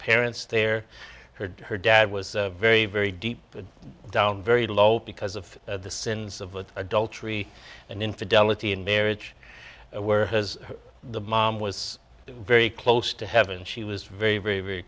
parents there heard her dad was very very deep down very low because of the sins of adultery and infidelity in marriage where has the mom was very close to heaven she was very very very